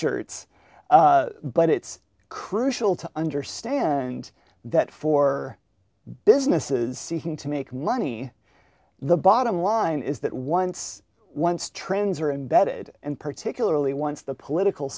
shirts but it's crucial to understand that for businesses seeking to make money the bottom line is that once once trends are embedded and particularly once the political